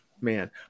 Man